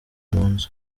impunzi